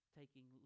taking